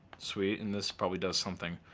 sweet. and this probably does something.